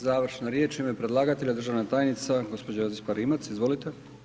Završna riječ u ime predlagatelja državna tajnica gđa. Josipa Rimac, izvolite.